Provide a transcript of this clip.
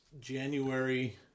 January